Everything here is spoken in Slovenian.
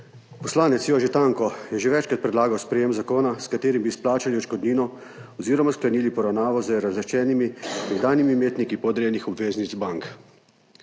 Poslanec Jože Tanko je že večkrat predlagal sprejetje zakona, s katerim bi izplačali odškodnino oziroma sklenili poravnavo z razlaščenimi nekdanjimi imetniki podrejenih obveznic bank.